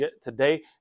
today